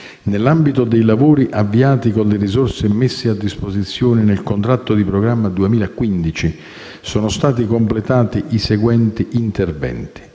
Nell'ambito dei lavori avviati con le risorse messe a disposizione nel contratto di programma 2015, sono stati completati i seguenti interventi: